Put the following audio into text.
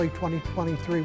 2023